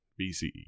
BCE